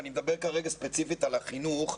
ואני מדבר כרגע ספציפית על החינוך,